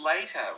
later